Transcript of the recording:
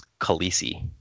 Khaleesi